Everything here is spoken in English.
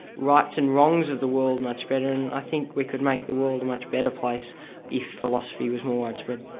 rights and wrongs of the world much better, and i think we could make the world a much better place if philosophy was more widespread.